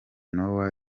noah